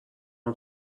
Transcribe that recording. اون